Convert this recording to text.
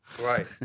Right